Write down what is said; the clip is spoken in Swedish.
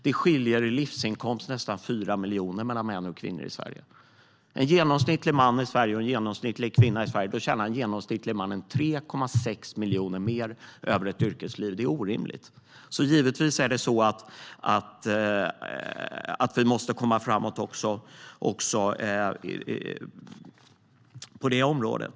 Det skiljer i livsinkomst nästan 4 miljoner mellan män och kvinnor i Sverige. En genomsnittlig man i Sverige tjänar 3,6 miljoner mer under ett yrkesliv än en genomsnittlig kvinna i Sverige. Det är orimligt. Givetvis måste vi komma framåt också på det området.